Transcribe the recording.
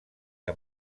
que